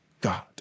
God